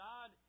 God